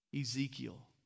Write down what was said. Ezekiel